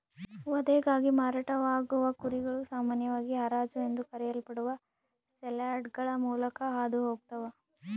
ವಧೆಗಾಗಿ ಮಾರಾಟವಾಗುವ ಕುರಿಗಳು ಸಾಮಾನ್ಯವಾಗಿ ಹರಾಜು ಎಂದು ಕರೆಯಲ್ಪಡುವ ಸೇಲ್ಯಾರ್ಡ್ಗಳ ಮೂಲಕ ಹಾದು ಹೋಗ್ತವ